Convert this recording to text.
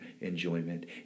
enjoyment